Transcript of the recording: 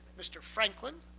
mr. franklin,